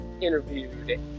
interviewed